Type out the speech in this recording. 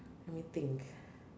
let me think